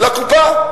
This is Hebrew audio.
לקופה.